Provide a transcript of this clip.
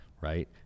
right